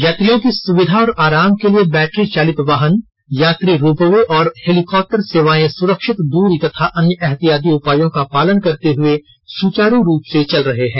यात्रियों की सुविधा और आराम के लिए बैटरी चालित वाहन यात्री रोपवे और हेलीकॉप्टर सेवाएं सुरक्षित दूरी तथा अन्य एहतियाती उपायों का पालन करते हुए सुचारू रूप से चल रहे हैं